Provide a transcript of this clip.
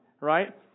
right